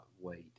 wait